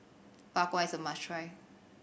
Bak Kwa is a must try